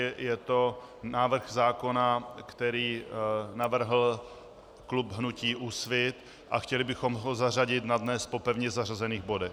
Je to návrh zákona, který navrhl klub hnutí Úsvit, a chtěli bychom ho zařadit na dnes po pevně zařazených bodech.